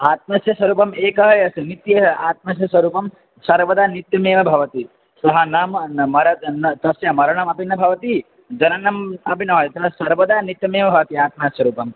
आत्मनः स्वरूपम् एकः यः अस्ति नित्यम् आत्मस्य स्वरूपं सर्वदा नित्यमेव भवति सः नाम न मरणं न् तस्य मरणमपि न भवति जननम् अपि न सर्वदा नित्यमेव भवति आत्मास्वरूपम्